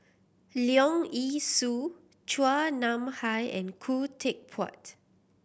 Leong Yee Soo Chua Nam Hai and Khoo Teck Puat